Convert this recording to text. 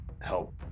help